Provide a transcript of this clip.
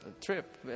trip